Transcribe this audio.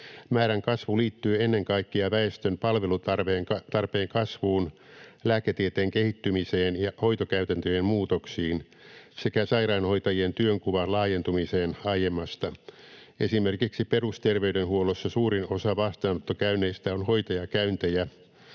Määrän kasvu liittyy ennen kaikkea väestön palvelutarpeen kasvuun, lääketieteen kehittymiseen ja hoitokäytäntöjen muutoksiin sekä sairaanhoitajien työnkuvan laajentumiseen aiemmasta. Esimerkiksi perusterveydenhuollossa suurin osa vastaanottokäynneistä on hoitajakäyntejä